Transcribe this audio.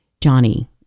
Johnny